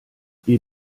wir